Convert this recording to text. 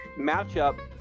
matchup